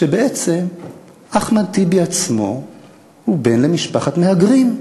שבעצם אחמד טיבי עצמו הוא בן למשפחת מהגרים.